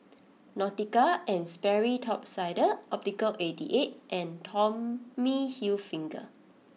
Nautica and Sperry Top Sider Optical Eighty Eight and Tommy Hilfiger